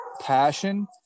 passion